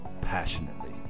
passionately